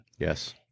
Yes